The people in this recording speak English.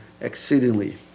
exceedingly